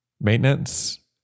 maintenance